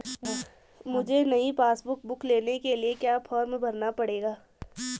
मुझे नयी passbook book लेने के लिए क्या फार्म भरना पड़ेगा?